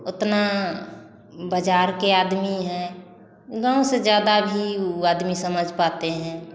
उतना बज़ार के आदमी हैं गाँव से ज़्यादा भी उ आदमी समझ पाते हैं